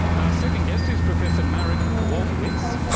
our second guest is professor marek kowalkiewicz.